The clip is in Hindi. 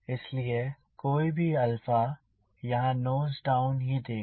इसलिए कोई भी अल्फा यहाँ नोज डाउन ही देगा